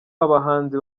abahanzi